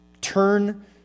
Turn